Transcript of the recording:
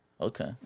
Okay